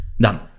Done